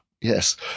yes